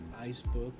iceberg